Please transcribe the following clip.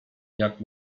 jak